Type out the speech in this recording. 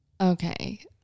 Okay